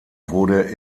wurde